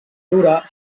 dura